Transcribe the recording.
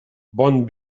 bon